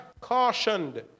cautioned